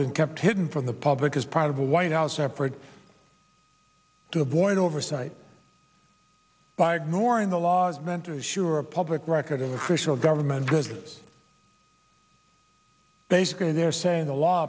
been kept hidden from the public as part of a white house effort to avoid oversight by ignoring the laws mentors sure a public record of official government good basically they're saying the law